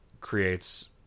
creates